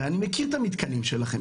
אני מכיר את המתקנים שלכם.